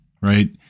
right